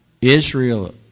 Israel